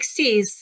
60s